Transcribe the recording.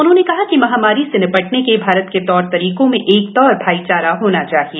उन्होंने कहा कि महामारी से नि टने के भारत के तौर तरीकों में एकता और भाईचारा होना चाहिए